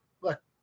look